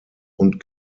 und